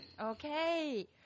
okay